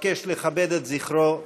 אבקש לכבד את זכרו בקימה.